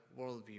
worldview